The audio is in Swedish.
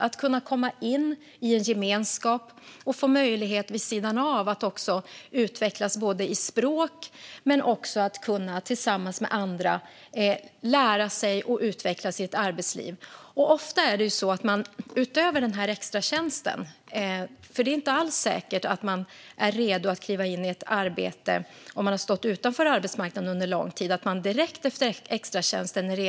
De får komma in i en gemenskap och får vid sidan av detta också möjlighet att utvecklas i språk och att tillsammans med andra lära sig att utvecklas i ett arbetsliv. Det är inte alls säkert att man är redo att direkt efter extratjänsten kliva in i ett osubventionerat arbete om man har stått utanför arbetsmarknaden under lång tid.